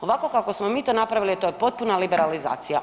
Ovako kako smo mi to napravili to je potpuna liberalizacija.